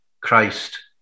Christ